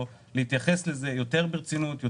להתייחס לזה יותר ברצינות,